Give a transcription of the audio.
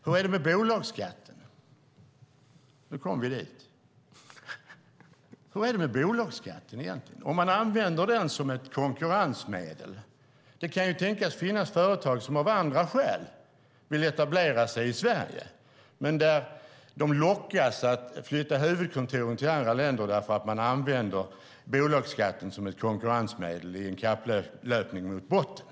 Hur är det med bolagsskatten - nu kom vi dit - som ett konkurrensmedel? Det kan tänkas finnas företag som av vissa skäl vill etablera sig i Sverige men lockas att flytta huvudkontoren till andra länder därför att bolagsskatten används som ett konkurrensmedel i en kapplöpning mot botten.